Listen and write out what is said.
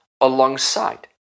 alongside